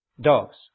Dogs